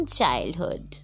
childhood